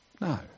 No